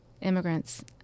immigrants